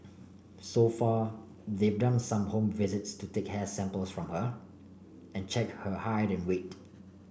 so far they've done some home visits to take hair samples from her and check her height and weight